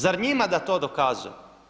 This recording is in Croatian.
Zar njima da to dokazujem?